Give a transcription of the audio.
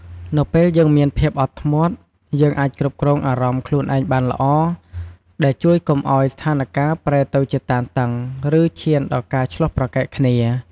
នៅពេលយើងមានភាពអត់ធ្មត់ យើងអាចគ្រប់គ្រងអារម្មណ៍ខ្លួនឯងបានល្អ ដែលជួយកុំឲ្យស្ថានការណ៍ប្រែទៅជាតានតឹង ឬឈានដល់ការឈ្លោះប្រកែកគ្នា។